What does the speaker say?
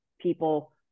people